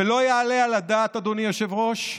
לא יעלה על הדעת, אדוני היושב-ראש,